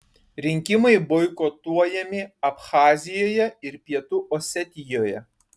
rinkimai boikotuojami abchazijoje ir pietų osetijoje